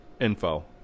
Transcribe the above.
info